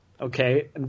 okay